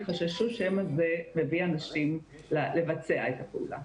חששו שמא זה מביא אנשים לבצע את הפעולה.